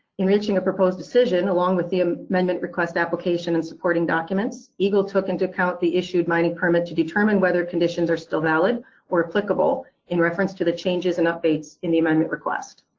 in reaching a proposed decision along with the amendment request application and supporting documents, egle took into account the issued mining permit to determine whether conditions are still valid or applicable in reference to the changes and updates in the amendment request.